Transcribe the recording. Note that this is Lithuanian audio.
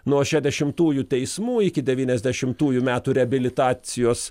nuo šedešimtųjų teismų iki devyniasdešimtųjų metų reabilitacijos